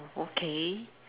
okay